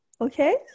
Okay